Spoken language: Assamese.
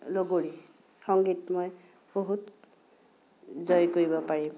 লগৰী সংগীত মই বহুত জয়ী কৰিব পাৰিম